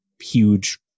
huge